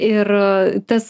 ir tas